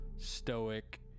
stoic